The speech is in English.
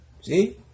See